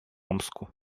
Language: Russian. омску